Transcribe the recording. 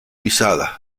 pisadas